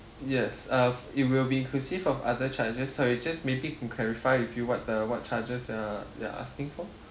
yes uh it will be inclusive of other charges sorry just maybe can clarify with you what the what charges uh you are asking for